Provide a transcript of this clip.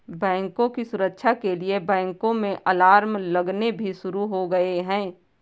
बैंकों की सुरक्षा के लिए बैंकों में अलार्म लगने भी शुरू हो गए हैं